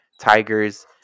Tigers